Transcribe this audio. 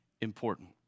important